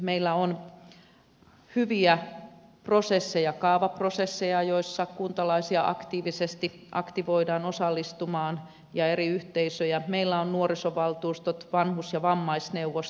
meillä on hyviä prosesseja kaavaprosesseja joissa kuntalaisia aktiivisesti aktivoidaan osallistumaan ja eri yhteisöjä meillä on nuorisovaltuustot vanhus ja vammaisneuvostot